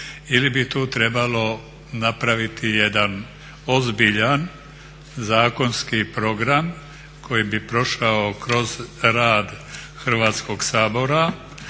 ili bi tu trebalo napraviti jedan ozbiljan zakonski program koji bi prošao kroz rad Hrvatskog sabora,